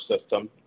system